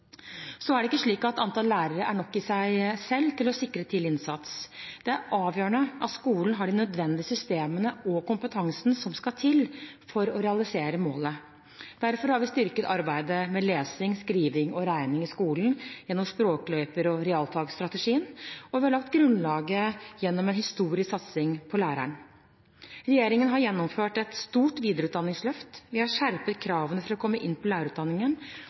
Så er det ikke slik at antall lærere er nok i seg selv til å sikre tidlig innsats. Det er avgjørende at skolen har de nødvendige systemene og kompetansen som skal til for å realisere målet. Derfor har vi styrket arbeidet med lesing, skriving og regning i skolen gjennom Språkløyper og gjennom realfagsstrategien, og vi har lagt grunnlaget gjennom en historisk satsing på læreren. Regjeringen har gjennomført et stort videreutdanningsløft, vi har skjerpet kravene for å komme inn på lærerutdanningen,